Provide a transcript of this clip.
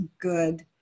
good